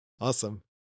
Awesome